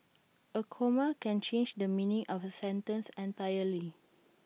A comma can change the meaning of A sentence entirely